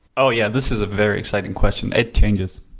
oh yeah, this is a very exciting question. it changes,